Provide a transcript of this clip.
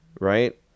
right